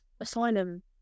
asylum